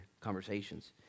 conversations